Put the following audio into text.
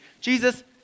Jesus